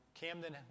Camden